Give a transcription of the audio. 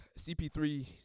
CP3